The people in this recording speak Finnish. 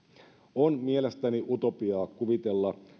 on mielestäni utopiaa kuvitella